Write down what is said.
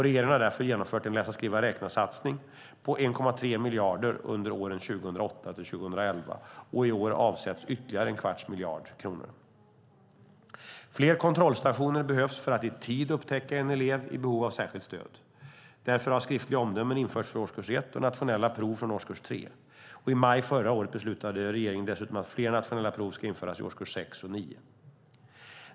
Regeringen har därför genomfört en läsa-skriva-räkna-satsning på 1,3 miljarder kronor under åren 2008-2011. I år avsätts ytterligare en kvarts miljard kronor. Fler kontrollstationer behövs för att i tid upptäcka en elev i behov av särskilt stöd. Därför har skriftliga omdömen införts från årskurs 1 och nationella prov från årskurs 3. I maj förra året beslutade regeringen dessutom att fler nationella prov ska införas i årskurs 6 och 9.